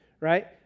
right